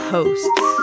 Hosts